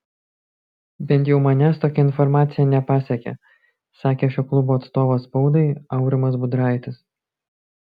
bent jau manęs tokia informacija nepasiekė sakė šio klubo atstovas spaudai aurimas budraitis